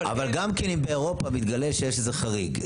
אבל גם כן אם באירופה מתגלה שיש איזה חריג,